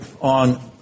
on